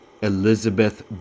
Elizabeth